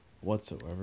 whatsoever